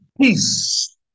Peace